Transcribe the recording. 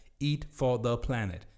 eatfortheplanet